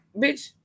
bitch